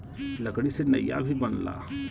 लकड़ी से नइया भी बनला